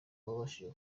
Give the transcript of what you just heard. wabashije